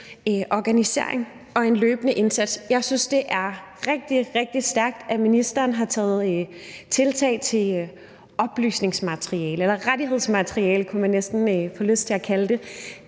organisering og en løbende indsats. Jeg synes, det er rigtig, rigtig stærkt, at ministeren har gjort tiltag til at få lavet oplysningsmateriale, eller rettighedsmateriale kunne man næsten få lyst til at kalde det,